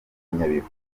nyabihu